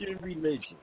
religion